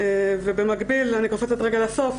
אני קופצת לרגע לסוף.